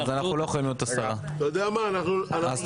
עשרה בעד.